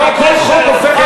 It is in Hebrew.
אבל לא כל חוק הופך,